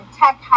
tech